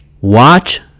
watch